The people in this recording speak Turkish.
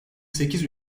sekiz